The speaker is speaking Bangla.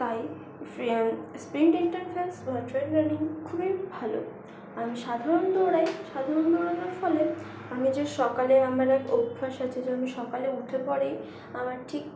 তাই স্প্রিং ইন্টারফেস বা ট্রেড রানিং খুবই ভালো আমি সাধারণ দৌড়ায় সাধারণ দৌড়ানোর ফলে আমি যে সকালে আমরার অভ্যাস আছে যে সকালে আমি উঠে পরেই আমার ঠিক